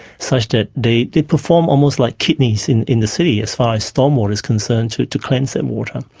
such that they they perform almost like kidneys in in the city, as far as stormwater's concerned, to to cleanse that water.